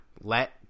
let